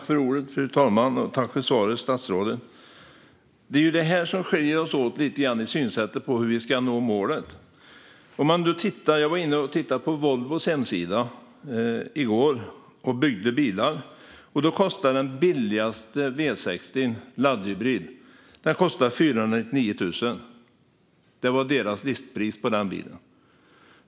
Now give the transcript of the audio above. Fru talman! Jag tackar statsrådet för svaret. Synsättet hur vi ska nå målet skiljer oss åt lite grann. Jag tittade på Volvos hemsida i går. Där framgår att den billigaste V60-modellen som är laddhybrid kostar 499 000 kronor. Det är Volvos listpris på denna bil.